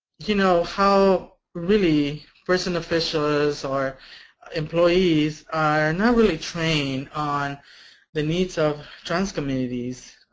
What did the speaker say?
you know how really prison officials or employees are not really trained on the needs of trans communities,